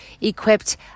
Equipped